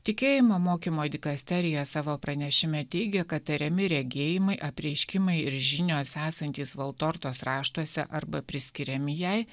tikėjimo mokymo dikasterija savo pranešime teigė kad tariami regėjimai apreiškimai ir žinios esantys valtortos raštuose arba priskiriami jai